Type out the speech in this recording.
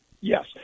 yes